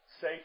say